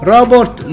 Robert